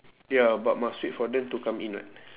ya but must wait for them to come in what